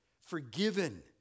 forgiven